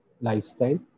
lifestyle